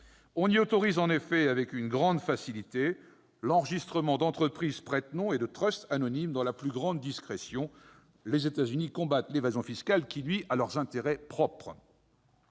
On y autorise en effet avec une grande facilité l'enregistrement d'entreprises prête-noms et de trusts anonymes dans la plus grande discrétion ... Les États-Unis combattent l'évasion fiscale qui nuit à leurs intérêts propres.